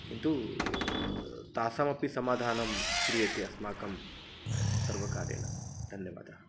किन्तु तासामपि समाधानं क्रियते अस्माकं सर्वकारेण धन्यवादः